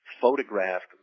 photographed